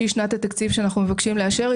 שהיא שנת התקציב שאנחנו מבקשים לאשר,